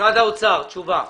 משרד האוצר, תשובה.